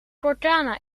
cortana